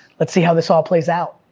let's see how this all plays out.